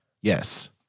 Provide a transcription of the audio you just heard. Yes